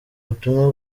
butumwa